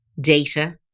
data